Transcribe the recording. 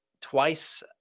twice